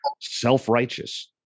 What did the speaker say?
self-righteous